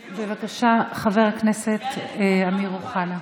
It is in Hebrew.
בבקשה, חבר הכנסת אמיר אוחנה.